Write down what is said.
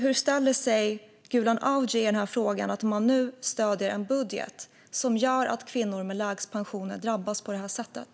Hur ställer sig Gulan Avci i frågan om att man nu stöder en budget som gör att kvinnor med lägst pensioner drabbas på det här sättet?